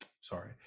sorry